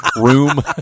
Room